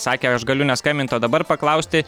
sakė aš galiu neskambint o dabar paklausti